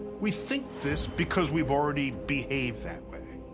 we think this because we've already behaved that way.